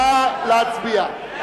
נא להצביע.